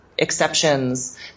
exceptions